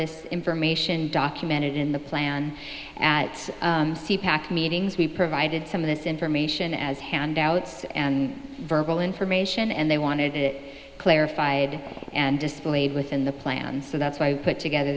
this information documented in the plan at pac meetings we provided some of this information as handouts and verbal information and they wanted it clarified and displayed within the plan so that's why we put together